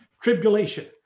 tribulation